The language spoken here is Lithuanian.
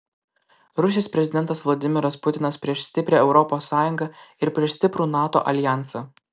rusijos prezidentas vladimiras putinas prieš stiprią europos sąjungą ir prieš stiprų nato aljansą